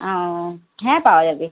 ও হ্যাঁ পাওয়া যাবে